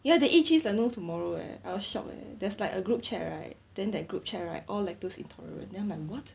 ya they eat cheese like no tomorrow eh I was shock eh there's like a group chat right then that group chat right all lactose intolerant then I'm like [what]